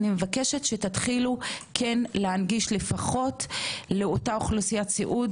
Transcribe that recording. מבקשת שתתחילו להנגיש לפחות לאותה אוכלוסיית סיעוד,